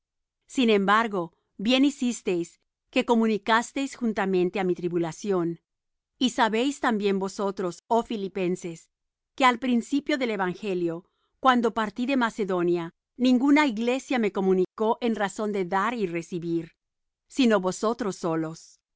sin embargo bien hicisteis que comunicasteis juntamente á mi tribulación y sabéis también vosotros oh filipenses que al principio del evangelio cuando partí de macedonia ninguna iglesia me comunicó en razón de dar y recibir sino vosotros solos